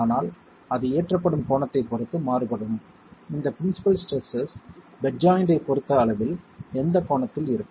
ஆனால் அது ஏற்றப்படும் கோணத்தைப் பொறுத்து மாறுபடும் இந்த பிரின்சிபல் ஸ்ட்ரெஸ்ஸஸ் பெட் ஜாயிண்ட் ஐ பொறுத்த அளவில் எந்த கோணத்தில் இருக்கும்